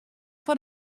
foar